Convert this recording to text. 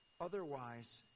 otherwise